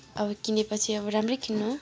अब किनेपछि अब राम्रै किन्नु